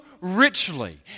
richly